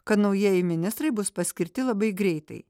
kad naujieji ministrai bus paskirti labai greitai